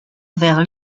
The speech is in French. vers